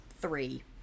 three